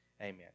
Amen